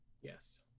Yes